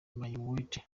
mayweather